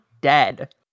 dead